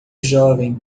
jovem